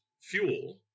fuel